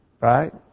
right